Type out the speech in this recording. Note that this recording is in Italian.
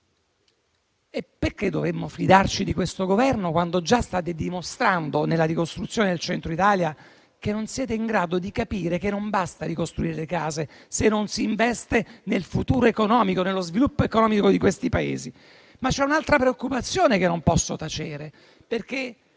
E perché dovremmo fidarci di questo Governo, quando già state dimostrando, nella ricostruzione del Centro Italia, di non essere in grado di capire che non basta ricostruire le case, se non si investe nel futuro economico e nello sviluppo economico di questi paesi? C'è però un'altra preoccupazione che non posso tacere.